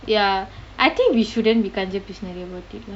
ya I think we shouldn't be கஞ்ச பிசிநாரி:kanja pisinaari